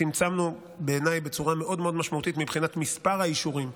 צמצמנו בצורה מאוד מאוד משמעותית מבחינת מספר האישורים.